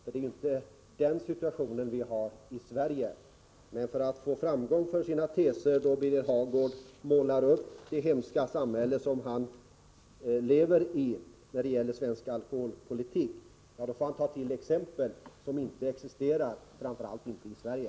Det är inte den situationen vi har i Sverige. Och för att få framgång för sina teser — när nu Birger Hagård målar det hemska samhälle som han lever i när det gäller svensk alkoholpolitik — får han ta till exempel ur en verklighet som inte existerar, framför allt inte i Sverige.